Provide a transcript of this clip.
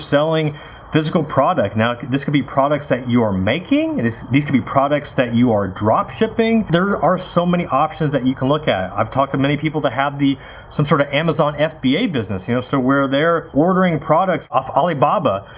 selling physical product. now this could be products that you are making, these could products that you are drop shipping, there are so many options that you can look at. i've talked to many people that have the some sort of amazon fba business you know so where they're ordering products off alibaba,